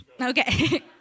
okay